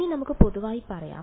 ഇനി നമുക്ക് പൊതുവായി പറയാം